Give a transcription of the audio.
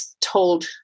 told